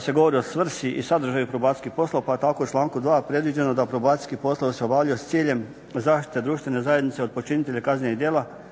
se govori o svrsi i sadržaju probacijskih poslova pa je tako u članku 2. predviđeno da probacijski poslovi se obavljaju s ciljem zaštite društvene zajednice od počinitelja kaznenih djela,